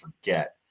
forget